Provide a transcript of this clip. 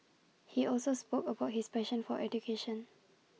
he also spoke about his passion for education